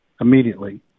immediately